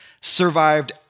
survived